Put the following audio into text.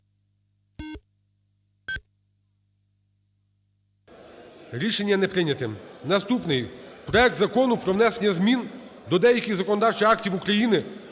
Рішення не прийнято. Наступний – проект Закону про внесення змін до деяких законодавчих актів України